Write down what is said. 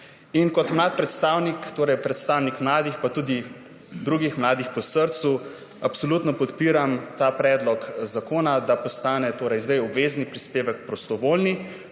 Kot mlad predstavnik, torej predstavnik mladi in tudi drugih mladih po srcu absolutno podpiram ta predlog zakona, da postane torej zdaj obvezni prispevek prostovoljni.